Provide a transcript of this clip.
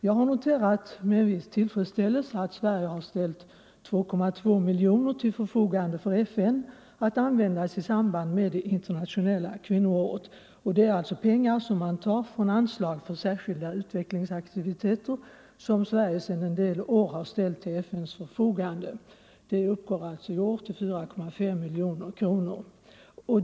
Jag har noterat med viss tillfredsställelse att Sverige har ställt 2,2 miljoner kronor till förfogande för FN att användas i samband med det internationella kvinnoåret. Det är pengar som man tar från anslag för särskilda utvecklingsaktiviteter som Sverige sedan några år ställer till FN:s förfogande. Detta anslag uppgår i år till 4,5 miljoner kronor.